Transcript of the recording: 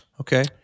okay